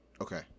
okay